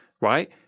right